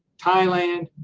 thailand,